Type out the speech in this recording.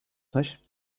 nicht